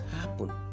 happen